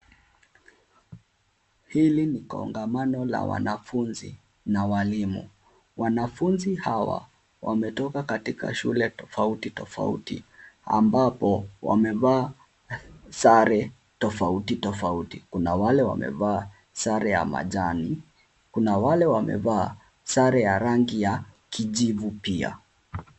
Hili ni kongamano la wanafunzi na walimu. Wanafunzi hawa wametoka katika shule tofauti tofauti ambapo wamevaa sare tofauti tofauti. Kuna wale wamevaa sare ya majani, kuna wale wamevaa sare ya rangi ya kijivu pia.